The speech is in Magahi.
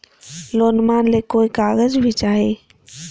लोनमा ले कोई कागज भी चाही?